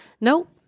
Nope